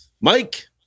Mike